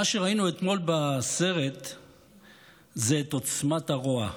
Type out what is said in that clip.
מה שראינו אתמול בסרט זה את עוצמת הרוע.